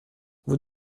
vous